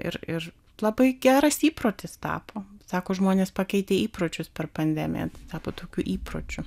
ir ir labai geras įprotis tapo sako žmonės pakeitė įpročius per pandemiją tapo tokiu įpročiu